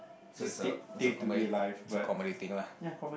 so it's a it's a come~ it's a comedy thing lah